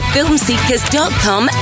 FilmSeekers.com